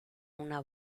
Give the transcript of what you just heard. una